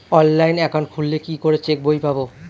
Online account খুললে কি করে চেক বই পাব?